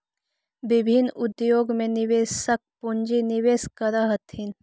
विभिन्न उद्योग में निवेशक पूंजी निवेश करऽ हथिन